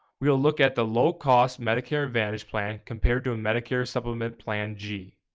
we will look at the low cost medicare advantage plan compared to a medicare supplement plan g.